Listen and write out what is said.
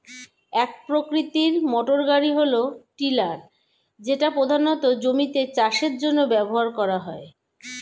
এক প্রকৃতির মোটরগাড়ি হল টিলার যেটা প্রধানত জমিতে চাষের জন্য ব্যবহার করা হয়